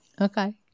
Okay